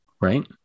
right